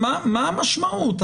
מה המשמעות?